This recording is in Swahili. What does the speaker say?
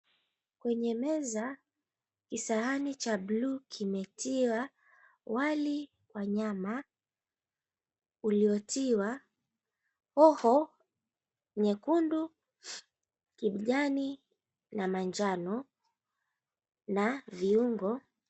Kwenye meza, kisahani cha bluu, kimetiwa wali wa nyama. Uliotiwa hoho nyekundu, kijani na manjano na viungo.